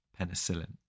penicillin